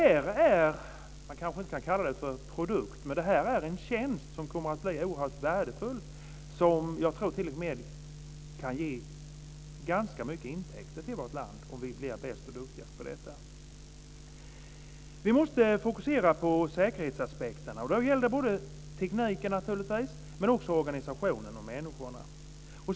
Kanske kan man inte tala om en produkt men det gäller här i varje fall en tjänst som kommer att bli oerhört värdefull och som nog t.o.m. kan ge vårt land ganska mycket intäkter om vi blir bäst och duktigast på området. Vi måste fokusera på säkerhetsaspekterna. Det gäller då, naturligtvis, tekniken men också organisationen och människorna.